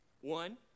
One